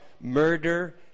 murder